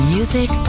Music